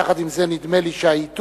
יחד עם זה, נדמה לי שהעיתוי